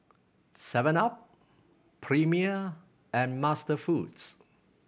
seven up Premier and MasterFoods